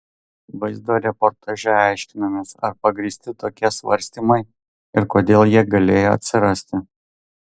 vaizdo reportaže aiškinamės ar pagrįsti tokie svarstymai ir kodėl jie galėjo atsirasti